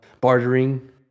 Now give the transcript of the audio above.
bartering